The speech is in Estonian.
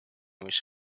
mis